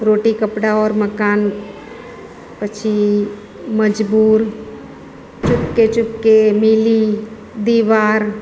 રોટી કપડાં ઓર મકાન પછી મજબૂર ચૂપકે ચૂપકે મિલી દિવાર